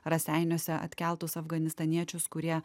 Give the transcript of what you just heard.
raseiniuose atkeltus afganistaniečius kurie